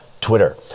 Twitter